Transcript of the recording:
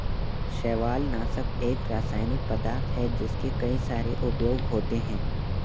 शैवालनाशक एक रासायनिक पदार्थ है जिसके कई सारे उपयोग होते हैं